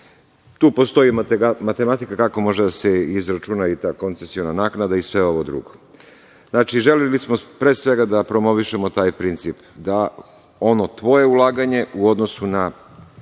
Tu postoji matematika kako može da se izračuna ta koncesiona naknada i sve ostalo. Želeli smo pre svega da promoviše taj princip da ono tvoje ulaganje u odnosu na